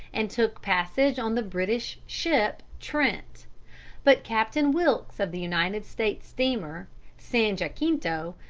and took passage on the british ship trent but captain wilkes, of the united states steamer san jacinto,